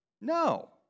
No